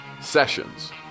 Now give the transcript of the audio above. sessions